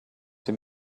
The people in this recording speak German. dem